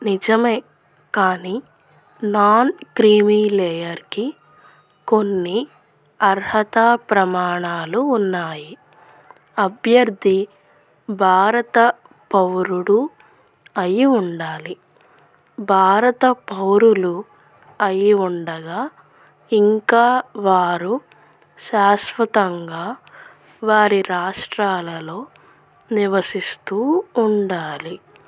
నిజమే కానీ non creamy లేయర్కి కొన్ని అర్హత ప్రమాణాలు ఉన్నాయి అభ్యర్థి భారత పౌరుడు అయ్యి ఉండాలి భారత పౌరులు అయ్యి ఉండగా ఇంకా వారు శాశ్వతంగా వారి రాష్ట్రాలలో నివసిస్తూ ఉండాలి